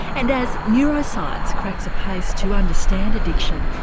and as neuroscience cracks apace to understand addiction,